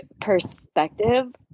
perspective